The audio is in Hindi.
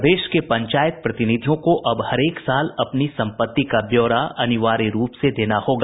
प्रदेश के पंचायत प्रतिनिधियों को अब हरेक साल अपनी सम्पत्ति का ब्यौरा अनिवार्य रूप से देना होगा